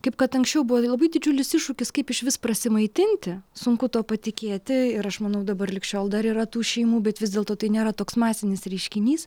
kaip kad anksčiau buvo labai didžiulis iššūkis kaip išvis prasimaitinti sunku tuo patikėti ir aš manau dabar lig šiol dar yra tų šeimų bet vis dėlto tai nėra toks masinis reiškinys